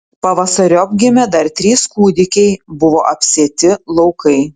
pavasariop gimė dar trys kūdikiai buvo apsėti laukai